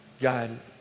God